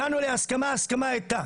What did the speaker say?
הגענו להסכמה, ההסכמה הייתה